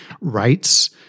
rights